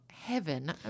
Heaven